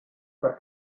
per